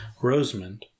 Rosemond